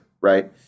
right